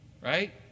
right